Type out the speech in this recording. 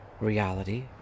reality